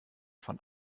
von